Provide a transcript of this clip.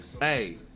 Hey